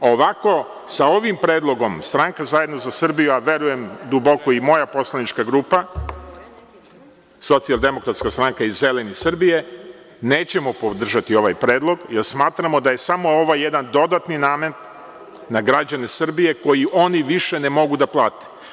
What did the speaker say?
Dakle, ovako sa ovim predlogom stranke Zajedno za Srbiju, a verujemo duboko i moja poslanička grupa SDS i Zeleni Srbije, nećemo podržati ovaj predlog, jer smatramo da je ovo samo jedan dodatni namet na građane Srbije, koji oni više ne mogu da plate.